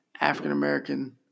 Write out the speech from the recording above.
African-American